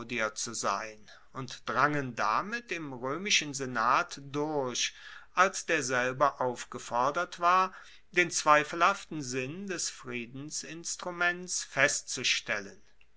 zu sein und drangen damit im roemischen senat durch als derselbe aufgefordert war den zweifelhaften sinn des friedensinstruments festzustellen